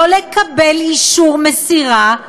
לא לקבל אישור מסירה,